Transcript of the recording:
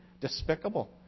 despicable